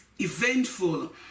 eventful